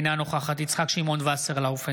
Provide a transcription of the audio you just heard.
אינה נוכחת יצחק שמעון וסרלאוף,